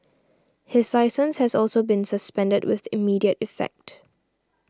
his licence has also been suspended with immediate effect